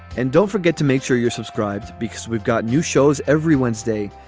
and don't forget to make sure you're subscribed because we've got new shows every wednesday.